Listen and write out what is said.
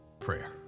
prayer